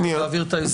שנייה.